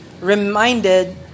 reminded